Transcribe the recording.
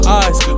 eyes